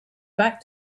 back